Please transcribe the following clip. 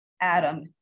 Adam